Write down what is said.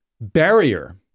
barrier